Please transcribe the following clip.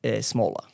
smaller